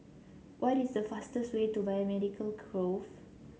what is the fastest way to Biomedical Grove